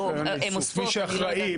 או הן אוספות, אני לא יודעת.